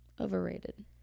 Overrated